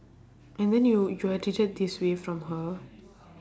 and then you you are treated this way from her